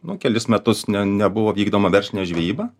nu kelis metus ne nebuvo vykdoma verslinė žvejyba